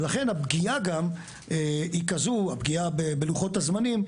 ולכן הפגיעה בלוחות הזמנים,